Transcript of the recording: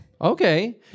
Okay